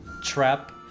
trap